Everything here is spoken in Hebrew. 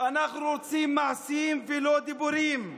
אנחנו רוצים מעשים ולא דיבורים.